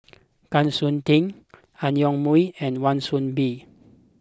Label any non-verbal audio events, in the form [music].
[noise] Kwa Siew Tee Ang Yoke Mooi and Wan Soon Bee